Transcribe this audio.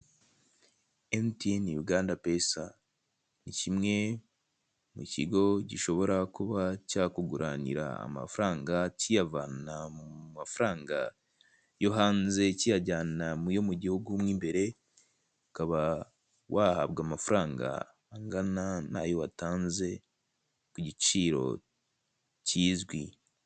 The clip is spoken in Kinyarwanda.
MTN Uganda Pesa, nikimwe mukigo gishobora kuba cyakuguranira amafaranga kiyavana mumafaranga yo hanze kiyajyana muyo mugihugu mwimbere, ukaba wahabwa amafaranga angana nayo watanze kugiciro kizwi.